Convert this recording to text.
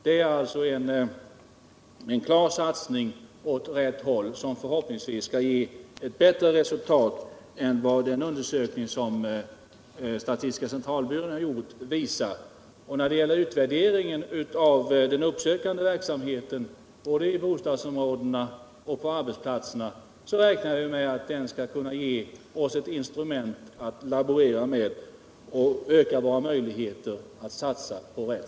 Det är alltså en klar satsning åt rätt håll, som förhoppningsvis skall ge bättre resultat än vad den undersökning visar som statistiska centralbyrån har gjort. När det gäller utvärderingen av den uppsökande verksamheten både i bostadsområdena och på arbetsplatserna räknar vi med att den skall kunna ge oss den vägledning som gör det möjligt att satsa rätt.